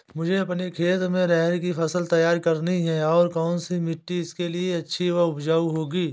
मुझे अपने खेत में अरहर की फसल तैयार करनी है और कौन सी मिट्टी इसके लिए अच्छी व उपजाऊ होगी?